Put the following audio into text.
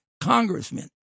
congressmen